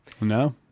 No